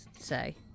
say